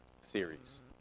series